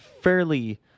fairly